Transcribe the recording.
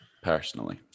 Personally